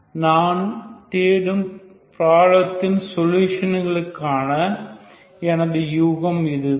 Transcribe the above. நான் தேடும் பிராப்ளதின் சொல்யூஷன்க்கான எனது யூகம் இதுதான்